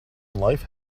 life